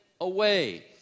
away